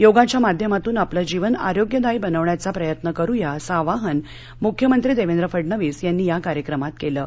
योगाच्या माध्यमातून आपलं जीवन आरोग्यदायी बनवण्याचा प्रयत्न करूया असं आवाहन मुख्यमंत्री दक्षि फडणवीस यांनी या कार्यक्रमात कलि